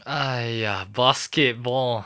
!aiya! basketball